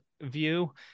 view